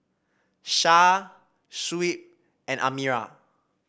Syah Shuib and Amirah